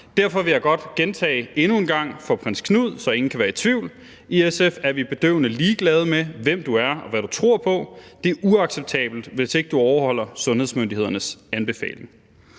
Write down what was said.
Derfor vil jeg godt gentage endnu en gang for prins Knud, så ingen kan være i tvivl, at i SF er vi bedøvende ligeglade med, hvem du er, og hvad du tror på – det er uacceptabelt, hvis du ikke overholder sundhedsmyndighedernes anbefalinger.